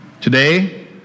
Today